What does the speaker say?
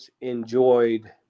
enjoyed